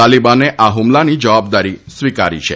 તાલીબાને આ હ્મલાની જવાબદારી સ્વીકારી છે